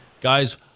Guys